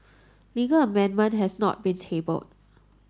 legal amendment has not been tabled